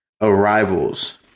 arrivals